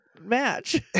Match